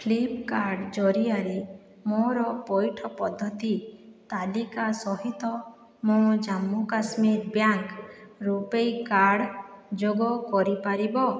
ଫ୍ଲିପ୍କାର୍ଟ୍ ଜରିଆରେ ମୋର ପଇଠ ପଦ୍ଧତି ତାଲିକା ସହିତ ମୋ ଜାମ୍ମୁକାଶ୍ମୀର ବ୍ୟାଙ୍କ ରୂପେ କାର୍ଡ଼ ଯୋଗ କରିପାରିବ